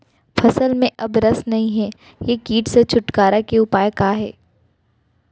फसल में अब रस नही हे ये किट से छुटकारा के उपाय का हे?